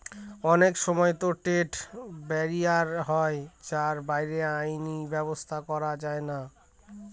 অনেক সময়তো trade barrier হয় যার বাইরে আইনি ব্যাবস্থা করা যায়না